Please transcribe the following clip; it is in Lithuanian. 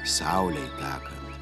saulei tekant